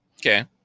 okay